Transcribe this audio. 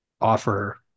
offer